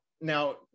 now